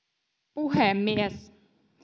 puhemies